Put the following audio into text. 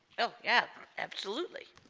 oh yeah absolutely